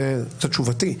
זו תשובתי,